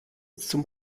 zum